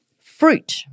fruit